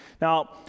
Now